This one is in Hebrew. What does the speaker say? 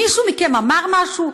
מישהו מכם אמר משהו?